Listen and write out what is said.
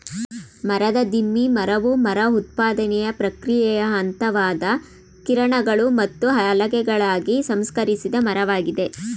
ಮರದ ದಿಮ್ಮಿ ಮರವು ಮರ ಉತ್ಪಾದನೆಯ ಪ್ರಕ್ರಿಯೆಯ ಹಂತವಾದ ಕಿರಣಗಳು ಮತ್ತು ಹಲಗೆಗಳಾಗಿ ಸಂಸ್ಕರಿಸಿದ ಮರವಾಗಿದೆ